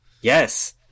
Yes